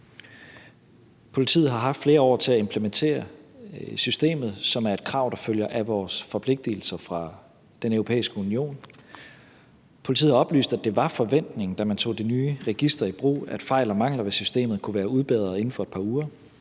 Politiet har haft flere år til at implementere systemet, som er et krav, der følger af vores forpligtelser fra Den Europæiske Union. Rigspolitiet har oplyst, at det var forventningen, da man tog det nye register i brug, at fejl og mangler ved systemet kunne være udbedret inden for et par uger,